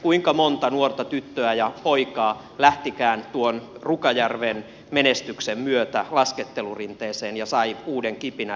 kuinka monta nuorta tyttöä ja poikaa lähtikään tuon rukajärven menestyksen myötä laskettelurinteeseen ja sai uuden kipinän liikkumiseen